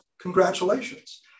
congratulations